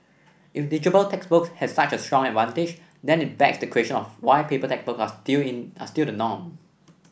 if digital textbooks have such a strong advantage then it begs the question why paper textbooks are stilling still the norm